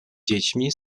dziećmi